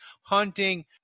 hunting